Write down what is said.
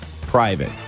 private